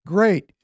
Great